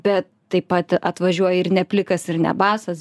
bet taip pat atvažiuoja ir ne plikas ir ne basas